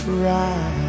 right